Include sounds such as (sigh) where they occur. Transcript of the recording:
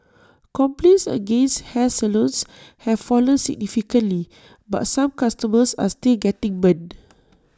complaints against hair salons have fallen significantly but some customers are still getting burnt (noise)